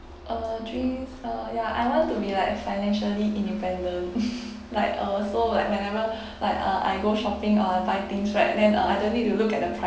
uh dreams uh ya I want to be like financially independent like uh so like whenever like uh I go shopping or buy things right then uh I don't need to look at the price